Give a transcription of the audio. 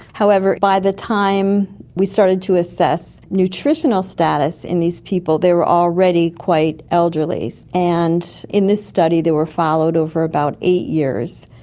however, by the time we started to assess nutritional status in these people, they were already quite elderly. and in this study they were followed over about eight years.